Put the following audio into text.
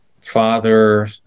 father